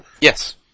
Yes